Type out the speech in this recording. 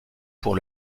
pour